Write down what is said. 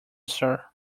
sir